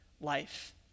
life